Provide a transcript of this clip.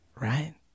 Right